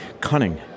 cunning